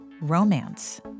romance